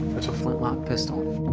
that's a flintlock pistol.